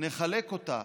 נחלק אותה,